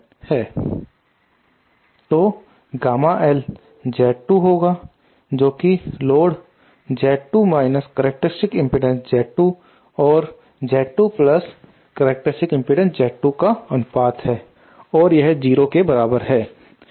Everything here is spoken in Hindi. तो गामा L Z2 होगा जोकि load Z2 minus characteristics impedance Z2 और Z2 प्लस Z2 का अनुपात है और यह 0 के बराबर है